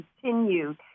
continue